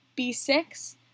B6